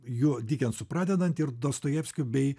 juo dikensu pradedant ir dostojevskiu bei